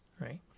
right